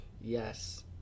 yes